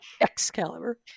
Excalibur